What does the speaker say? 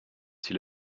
s’il